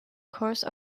course